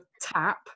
tap